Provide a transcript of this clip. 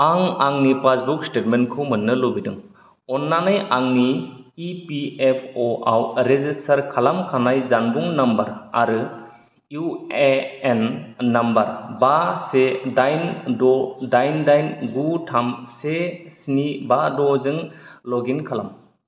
आं आंनि पासबुक स्टेटमेन्टखौ मोन्नो लुबैदों अन्नानै आंनि इपिएफअ' आव रेजिस्टार खालामखानाय जानबुं नम्बर आरो इउएएन नम्बर बा से दाइन द' दाइन दाइन गु थाम से स्नि बा द' जों लगइन खालाम